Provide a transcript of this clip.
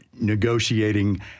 negotiating